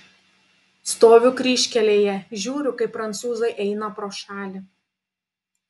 stoviu kryžkelėje žiūriu kaip prancūzai eina pro šalį